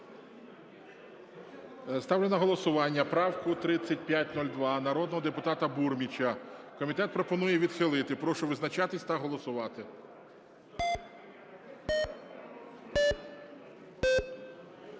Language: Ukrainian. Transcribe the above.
Ставлю на голосування правку 3502 народного депутата Бурміча. Комітет пропонує відхилити. Прошу визначатись та голосувати.